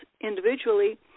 individually